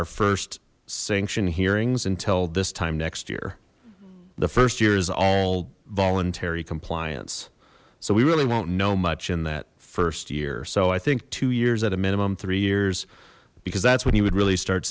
our first sanction hearings until this time next year the first year is all voluntary compliance so we really won't know much in that first year so i think two years at a minimum three years because that's what he would really start